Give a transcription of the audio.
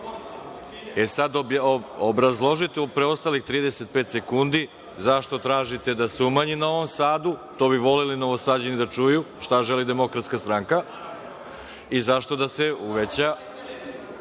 E sada, obrazložite u preostalih 35 sekundi zašto tražite da se umanji Novom Sadu, to bi voleli Novosađani da čuju, šta želi Demokratska stranka, i zašto da se uveća